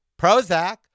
Prozac